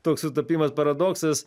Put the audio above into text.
toks sutapimas paradoksas